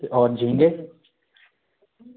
और झींगे